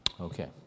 Okay